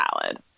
salad